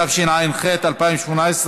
התשע"ח 2018,